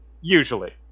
usually